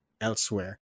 elsewhere